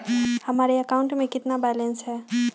हमारे अकाउंट में कितना बैलेंस है?